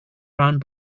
round